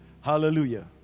Hallelujah